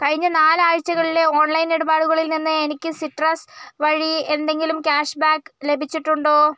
കഴിഞ്ഞ നാലാഴ്ചകളിലെ ഓൺലൈൻ ഇടപാടുകളിൽ നിന്ന് എനിക്ക് സിട്രസ് വഴി എന്തെങ്കിലും ക്യാഷ് ബാക്ക് ലഭിച്ചിട്ടുണ്ടോ